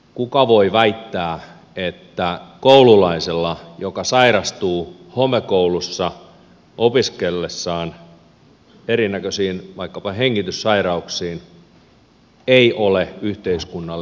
kuka voi väittää että koululainen joka sairastuu homekoulussa opiskellessaan vaikkapa erinäköisiin hengityssairauksiin ei ole yhteiskunnalle kallis